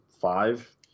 five